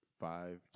Five